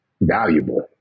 valuable